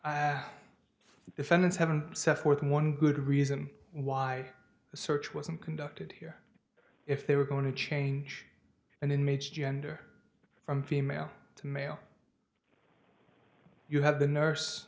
a defendants haven't set forth one good reason why the search wasn't conducted here if they were going to change an inmate's gender from female to male you have the nurse